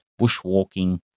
Bushwalking